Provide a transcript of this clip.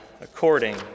according